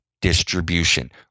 distribution